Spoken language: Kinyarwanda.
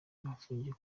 bafungiye